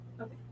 okay